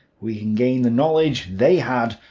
we can gain the knowledge they had,